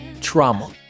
Trauma